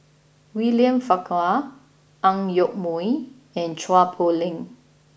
William Farquhar Ang Yoke Mooi and Chua Poh Leng